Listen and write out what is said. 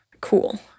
cool